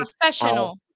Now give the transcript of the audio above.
professional